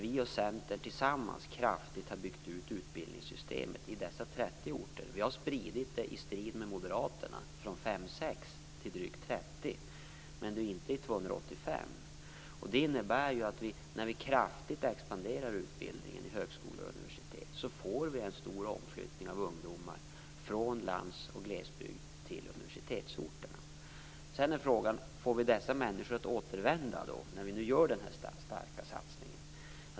Vi och Centern har tillsammans kraftigt byggt ut utbildningssystemet i 30 orter. Vi har spridit det, i strid med moderaterna, från fem sex orter till drygt 30, men det är inte 285. Det innebär att när vi kraftigt expanderar utbildningen i högskola och universitet får vi en omflyttning av ungdomar från landsoch glesbygd till universitetsorterna. Sedan är frågan om vi får dessa människor att återvända när vi gör denna starka satsning.